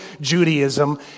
Judaism